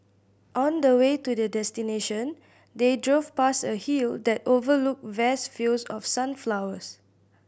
on the way to their destination they drove past a hill that overlooked vast fields of sunflowers